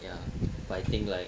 ya but I think like